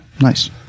Nice